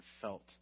felt